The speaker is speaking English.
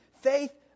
Faith